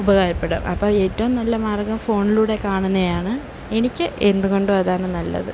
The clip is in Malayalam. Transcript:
ഉപകാരപ്പെടും അപ്പം ഏറ്റവും നല്ല മാർഗ്ഗം ഫോണിലൂടെ കാണുന്നതാണ് എനിക്ക് എന്ത് കൊണ്ടും അതാണ് നല്ലത്